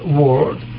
world